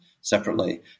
separately